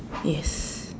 yes